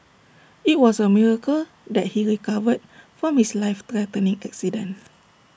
IT was A miracle that he recovered from his life threatening accident